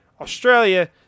Australia